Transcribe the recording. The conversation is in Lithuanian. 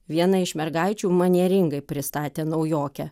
viena iš mergaičių manieringai pristatė naujokę